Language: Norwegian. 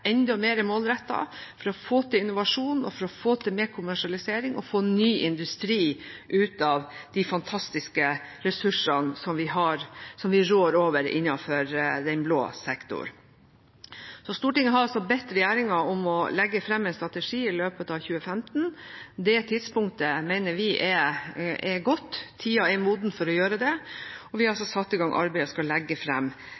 enda mer målrettet, for å få til innovasjon og mer kommersialisering og få ny industri ut av de fantastiske ressursene som vi rår over innenfor den blå sektor. Stortinget har altså bedt regjeringen om å legge fram en strategi i løpet av 2015. Det tidspunktet mener vi er godt, tida er moden for å gjøre det, og vi har satt i gang arbeidet og skal legge